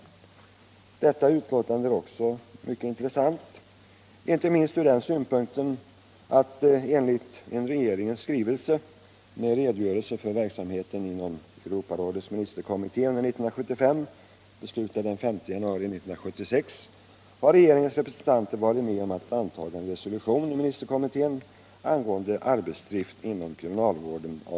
Även detta uttalande är mycket intressant, inte minst ur den synpunkten att enligt en regeringens skrivelse den 5 februari 1976 med redogörelse för verksamheten inom Europarådets ministerkommitté under 1975 har regeringens representanter varit med om att antaga en resolution i ministerkommittén angående arbetsdrift inom kriminalvården.